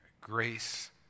grace